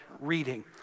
reading